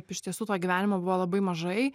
iš tiesų to gyvenimo buvo labai mažai